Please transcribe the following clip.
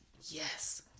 yes